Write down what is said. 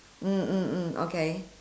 mm mm mm okay